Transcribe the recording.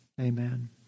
Amen